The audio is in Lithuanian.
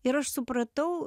ir aš supratau